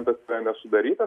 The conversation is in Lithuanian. bet dar nesudarytas